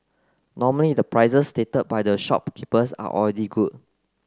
normally the prices stated by the shopkeepers are already good